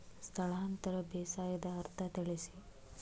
ಸ್ಥಳಾಂತರ ಬೇಸಾಯದ ಅರ್ಥ ತಿಳಿಸಿ?